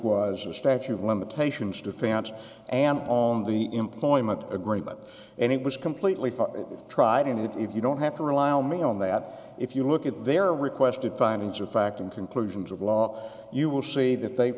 was a statute of limitations to fans and on the employment agreement and it was completely tried and if you don't have to rely on me on that if you look at their requested findings of fact and conclusions of law you will see th